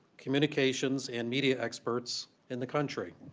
communications and media experts in the country,